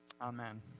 Amen